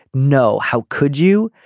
no. how could you.